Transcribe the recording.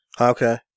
Okay